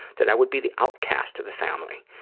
that i would be the outcast of the family,